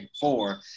four